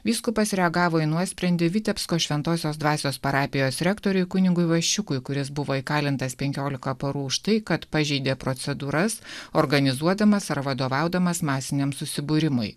vyskupas reagavo į nuosprendį vitebsko šventosios dvasios parapijos rektoriui kunigui ivaščiukui kuris buvo įkalintas penkiolika parų už tai kad pažeidė procedūras organizuodamas ar vadovaudamas masiniam susibūrimui